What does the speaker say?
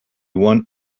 one